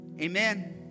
Amen